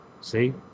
See